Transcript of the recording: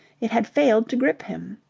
it had failed to grip him.